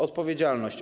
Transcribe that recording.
Odpowiedzialność.